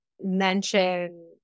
mention